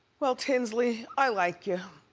well tinsley, i like you.